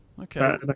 okay